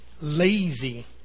Lazy